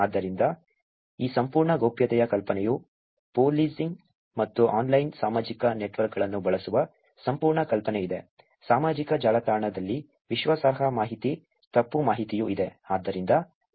ಆದ್ದರಿಂದ ಈ ಸಂಪೂರ್ಣ ಗೌಪ್ಯತೆಯ ಕಲ್ಪನೆಯು ಪೋಲೀಸಿಂಗ್ ಮತ್ತು ಆನ್ಲೈನ್ ಸಾಮಾಜಿಕ ನೆಟ್ವರ್ಕ್ಗಳನ್ನು ಬಳಸುವ ಸಂಪೂರ್ಣ ಕಲ್ಪನೆಯಿದೆ ಸಾಮಾಜಿಕ ಜಾಲತಾಣದಲ್ಲಿ ವಿಶ್ವಾಸಾರ್ಹ ಮಾಹಿತಿ ತಪ್ಪು ಮಾಹಿತಿಯೂ ಇದೆ